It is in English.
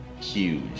huge